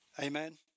Amen